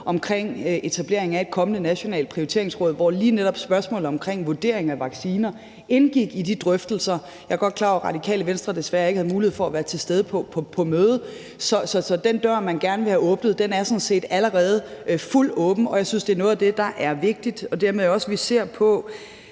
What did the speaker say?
om etableringen af et kommende nationalt prioriteringsråd, hvor lige netop spørgsmål om vurdering af vacciner indgik i de drøftelser. Jeg er godt klar over, at Radikale Venstre desværre ikke havde mulighed for at være til stede på mødet. Så den dør, man gerne vil have åbnet, er sådan set allerede fuldstændig åben, og jeg synes, at det er noget af det, der er vigtigt. Dermed ser vi også på,